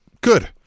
good